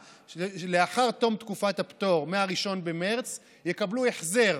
לאחר תום תקופת הפטור מ-1 במרס יקבלו החזר